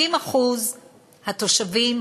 70% התושבים,